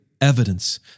evidence